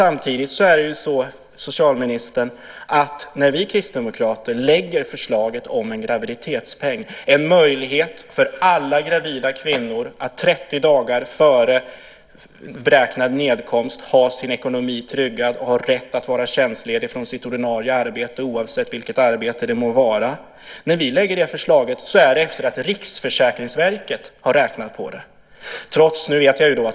Vi kristdemokrater har lagt fram ett förslag om en graviditetspeng, en möjlighet för alla gravida kvinnor att 30 dagar före beräknad nedkomst ha sin ekonomi tryggad och en rätt att vara tjänstledig från sitt ordinarie arbete oavsett vilket arbete det må vara. Det gör vi efter det att Riksförsäkringsverket har räknat på det här.